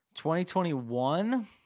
2021